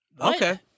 Okay